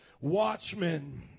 Watchmen